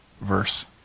verse